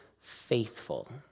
faithful